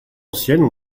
anciennes